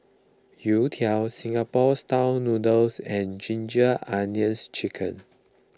Youtiao Singapore Style Noodles and Ginger Onions Chicken